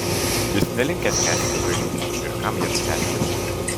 jis nelinkęs kęsti kvailių ir kam jam kęsti